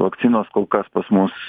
vakcinos kol kas pas mus